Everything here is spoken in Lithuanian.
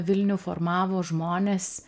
vilnių formavo žmonės